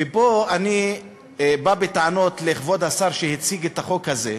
ופה אני בא בטענות לכבוד השר שהציג את החוק הזה,